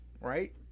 right